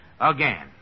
again